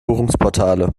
buchungsportale